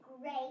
great